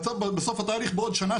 בסוף התהליך בעוד שנה,